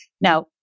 Now